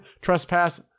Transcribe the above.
Trespass